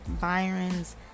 Byron's